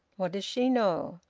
what does she know?